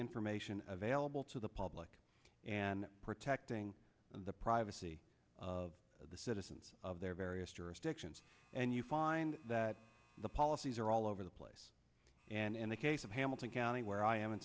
information available to the public and protecting the privacy of the citizens of their various jurisdictions and you find that the policies are all over the place and the case of hamilton county where i am in